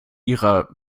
ihrer